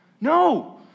No